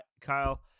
Kyle